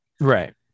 Right